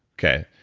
okay,